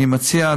אני מציע,